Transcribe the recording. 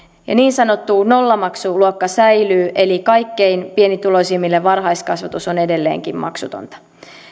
ja niin sanottu nollamaksuluokka säilyy eli kaikkein pienituloisimmille varhaiskasvatus on edelleenkin maksutonta